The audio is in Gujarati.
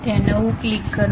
ત્યાં નવું ક્લિક કરો